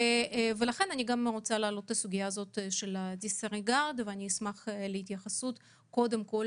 לכן אני רוצה להעלות את הסוגיה של הדיסריגרד ואשמח לשמוע קודם כל